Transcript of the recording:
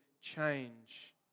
change